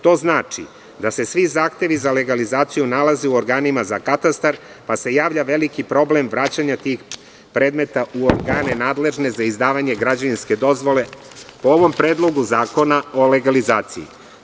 To znači da se svi zahtevi za legalizaciju nalaze u organima za katastar, pa se javlja veliki problem vraćanja tih predmeta u organe nadležne za izdavanje građevinske dozvole po ovom predlogu zakona o legalizaciji.